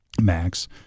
max